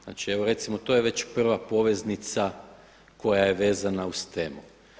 Znači, evo recimo to je već prva poveznica koja je vezana uz temu.